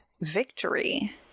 victory